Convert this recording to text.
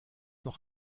noch